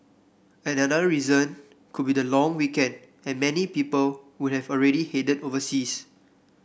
another reason could be the long weekend and many people would have already headed overseas